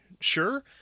sure